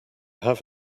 have